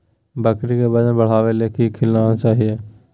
बकरी के वजन बढ़ावे ले की खिलाना चाही?